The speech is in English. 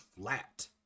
flat